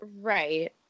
right